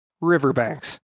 Riverbanks